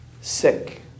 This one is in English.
sick